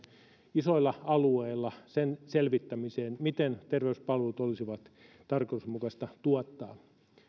isoilla alueilla sen selvittämiseen miten terveyspalvelut olisi tarkoituksenmukaista tuottaa